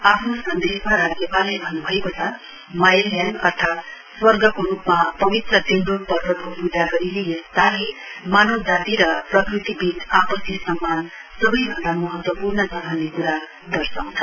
आफ्नो सन्देशमा राज्यपालले भन्न्भएको छ मायेल ल्याङ अर्थात स्वर्गको रूपमा पवित्र तेन् ोङ पर्वतको पूजा गरिने यस चाड़ले मावनजाति र प्रकृतिवीच आपसी सम्मान सबैभन्दा महत्वपूर्ण छ भन्ने कुरो दर्शाउँछ